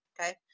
Okay